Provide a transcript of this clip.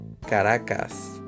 Caracas